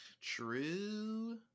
True